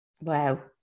Wow